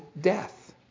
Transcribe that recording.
death